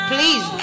Please